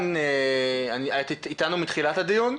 את איתנו מתחילת הדיון?